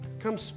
Come